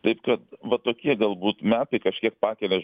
taip kad va tokie galbūt metai kažkiek pakelia